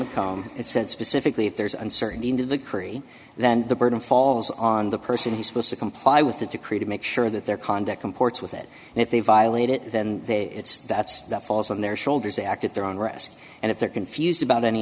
mccomb it said specifically if there's uncertainty in the decree then the burden falls on the person who's supposed to comply with the decree to make sure that their conduct comports with it and if they violate it then they that's that falls on their shoulders they act at their own rest and if they're confused about any